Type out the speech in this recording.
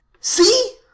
See